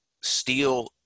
steel